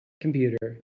computer